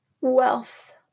wealth